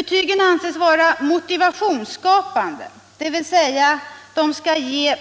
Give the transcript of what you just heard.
Betygen anses vara motivationsskapande, dvs. de skall ge